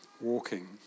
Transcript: walking